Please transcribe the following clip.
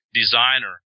designer